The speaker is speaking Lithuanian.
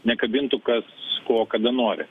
nekabintų kas ko kada nori